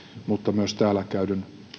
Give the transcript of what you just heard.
että myös täällä käydyn